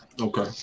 Okay